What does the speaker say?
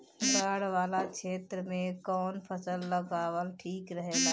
बाढ़ वाला क्षेत्र में कउन फसल लगावल ठिक रहेला?